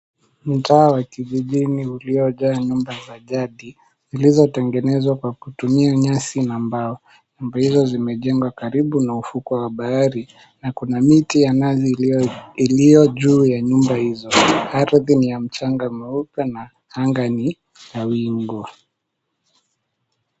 Mtaa wa kijijini uliojaa nyumba za jadi zilizotengenezwa kwa kutumia nyasi na mbao. Nyumba hizo zimejengwa karibu na ufukwe wa bahari na kuna miti ya nazi iliyo juu ya nyumba hizo. Ardhi ni ya mchanga na mweupe na anga ni ya wingu.